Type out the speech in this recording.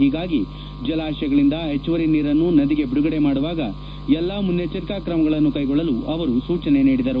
ಹೀಗಾಗಿ ಜಲಾಶಯಗಳಿಂದ ಹೆಚ್ಚುವರಿ ನೀರನ್ನು ನದಿಗೆ ಬಿಡುಗಡೆ ಮಾಡುವಾಗ ಎಲ್ಲಾ ಮುನ್ನೆಚ್ಚರಿಕಾ ಕ್ರಮಗಳನ್ನು ತೆಗೆದುಕೊಳ್ಳಲು ಅವರು ಸೂಚನೆ ನೀಡಿದರು